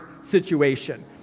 situation